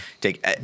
Take